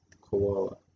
Koala